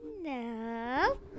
No